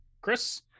Chris